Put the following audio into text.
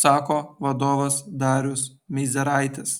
sako vadovas darius meizeraitis